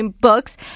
books